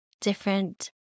different